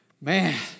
Man